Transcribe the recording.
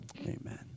amen